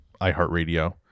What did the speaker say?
iHeartRadio